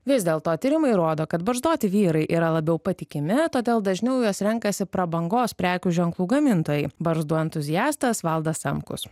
vis dėlto tyrimai rodo kad barzdoti vyrai yra labiau patikimi todėl dažniau juos renkasi prabangos prekių ženklų gamintojai barzdų entuziastas valdas samkus